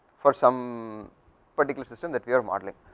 for some particular system that we are modeling,